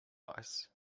ice